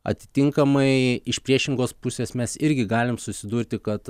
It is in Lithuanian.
atitinkamai iš priešingos pusės mes irgi galim susidurti kad